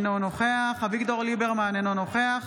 אינו נוכח אביגדור ליברמן, אינו נוכח